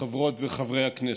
חברות וחברי הכנסת,